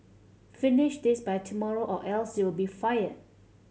finish this by tomorrow or else you'll be fired